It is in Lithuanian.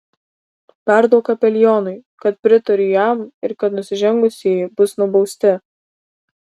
perduok kapelionui kad pritariu jam ir kad nusižengusieji bus nubausti